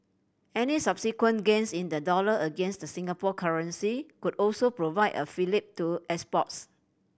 any subsequent gains in the dollar against the Singapore currency could also provide a fillip to exports